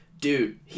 dude